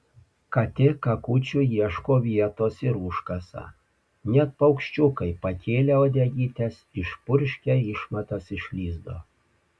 katė kakučiui ieško vietos ir užkasa net paukščiukai pakėlę uodegytes išpurškia išmatas iš lizdo